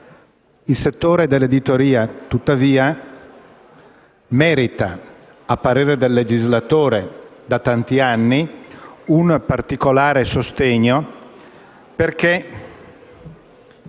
Il settore dell'editoria tuttavia merita a parere del legislatore, da tanti anni, un particolare sostegno, perché